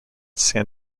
san